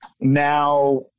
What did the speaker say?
now